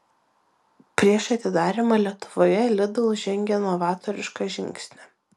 prieš atidarymą lietuvoje lidl žengė novatorišką žingsnį